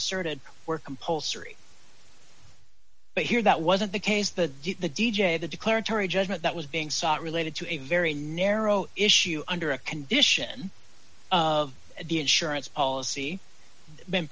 asserted were compulsory but here that wasn't the case but the d j the declaratory judgment that was being sought related to a very narrow issue under a condition of the insurance policy been